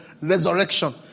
resurrection